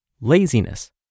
laziness